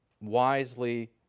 wisely